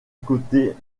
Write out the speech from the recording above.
côté